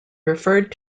referred